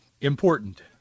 important